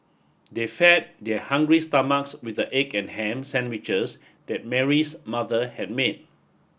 they fed their hungry stomachs with the egg and ham sandwiches that Mary's mother had made